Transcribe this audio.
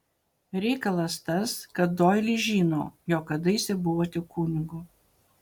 reikalas tas kad doilis žino jog kadaise buvote kunigu